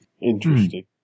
Interesting